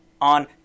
on